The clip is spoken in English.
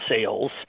sales